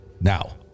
Now